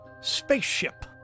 spaceship